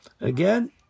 again